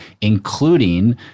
including